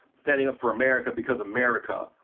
standing up for america because america!